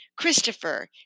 Christopher